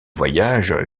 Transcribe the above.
voyages